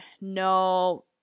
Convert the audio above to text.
no